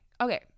Okay